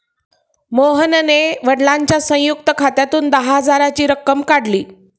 मोहनने वडिलांच्या संयुक्त खात्यातून दहा हजाराची रक्कम काढली